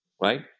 right